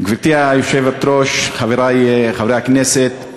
גברתי היושבת-ראש, חברי חברי הכנסת,